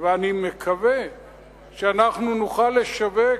ואני מקווה שאנחנו נוכל לשווק